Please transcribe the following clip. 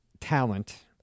talent